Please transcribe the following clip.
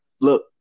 look